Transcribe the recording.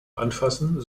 anfassen